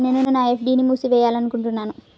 నేను నా ఎఫ్.డీ ని మూసివేయాలనుకుంటున్నాను